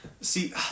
See